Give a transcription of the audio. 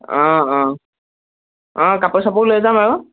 অঁ অঁ অঁ কাপোৰ চাপোৰ লৈ যাম আৰু